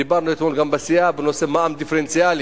דיברנו אתמול גם בסיעה על נושא מע"מ דיפרנציאלי,